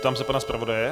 Ptám se pana zpravodaje?